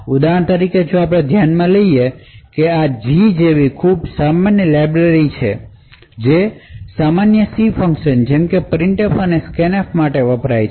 ઉદાહરણ તરીકે જો આપણે ધ્યાનમાં લઈએ કે G જેવી ખૂબ સામાન્ય લાઇબ્રેરી લઈએ જે સામાન્ય C ફંકશન જેમ કે printf અને scanf માટે વપરાય છે